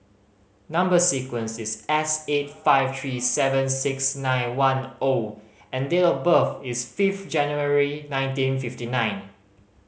number sequence is S eight five three seven six nine one O and date of birth is five January nineteen fifty nine